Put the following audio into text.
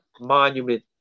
monument